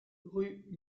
rue